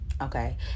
Okay